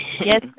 Yes